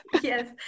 Yes